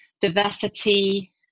diversity